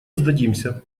сдадимся